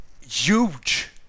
huge